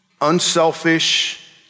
unselfish